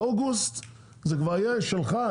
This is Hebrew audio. באוגוסט זה כבר יהיה שלך,